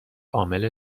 عامل